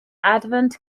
advent